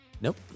Nope